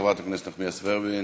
חברת הכנסת נחמיאס ורבין.